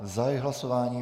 Zahajuji hlasování.